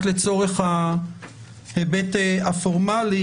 רק לצורך ההיבט הפורמלי,